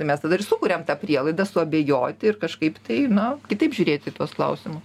tai mes tada ir sukuriam tą prielaidą suabejoti ir kažkaip tai na kitaip žiūrėt į tuos klausimus